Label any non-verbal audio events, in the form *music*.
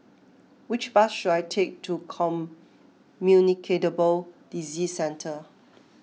which bus should I take to *unintelligible* Disease Centre